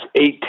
eight